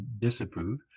disapprove